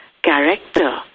Character